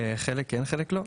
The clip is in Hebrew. חלק כן וחלק לא.